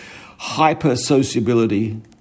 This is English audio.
hyper-sociability